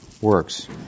works